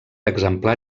exemplar